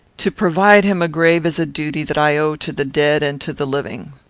to provide him a grave is a duty that i owe to the dead and to the living.